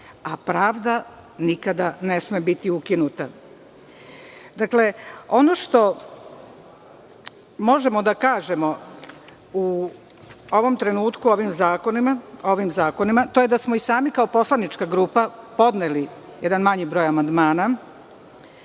a pravda nikada ne sme biti ukinuta. Ono što možemo da kažemo u ovom trenutku o ovim zakonima, to je da smo i sami kao poslanička grupa podneli jedan manji broj amandmana